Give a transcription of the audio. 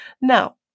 Now